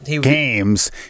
games